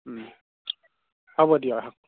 হ'ব দিয়ক আহক